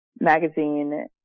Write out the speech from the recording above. magazine